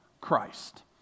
Christ